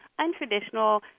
untraditional